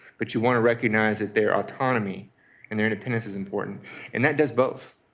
but you want to recognize that their autonomy and their independence is important and that does both.